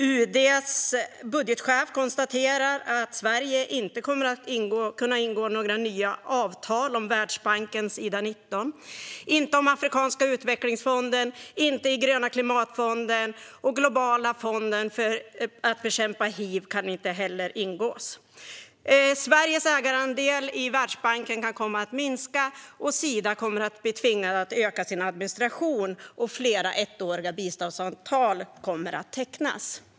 UD:s budgetchef konstaterar att Sverige inte kommer att kunna ingå några nya avtal om Världsbankens Ida 19, Afrikanska utvecklingsfonden, Gröna klimatfonden eller Globala fonden för att bekämpa hiv. Sveriges ägarandel i Världsbanken kan komma att minska. Sida kommer att bli tvingade att öka sin administration, och flera ettåriga biståndsavtal kommer att tecknas.